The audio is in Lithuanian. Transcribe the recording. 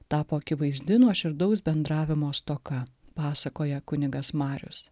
tapo akivaizdi nuoširdaus bendravimo stoka pasakoja kunigas marius